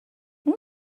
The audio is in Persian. اون